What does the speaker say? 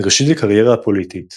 ראשית הקריירה הפוליטית